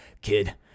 kid